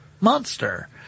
monster